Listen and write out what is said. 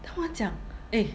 突然讲 eh